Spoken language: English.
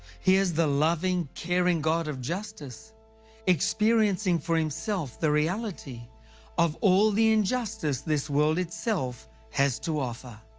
here is the loving, caring god of justice experiencing for himself the reality of all the injustice this world itself has to offer.